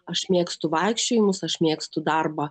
aš mėgstu vaikščiojimus aš mėgstu darbą